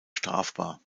strafbar